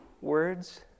words